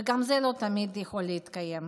וגם זה לא תמיד יכול להתקיים.